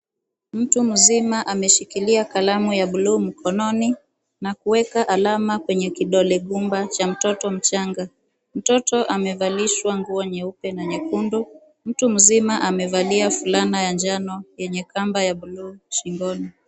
Mtu mzima ameshikilia kalamu ya buluu mkononi na kuweka alama kwenye kidole gumba cha mtoto mchanga. Mtoto amevalishwa nguo nyeupe na nyekundu. Mtu mzima amevalia fulana ya njano yenye kamba ya buluu shingoni.